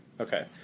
okay